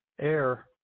air